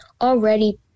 already